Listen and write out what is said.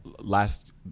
last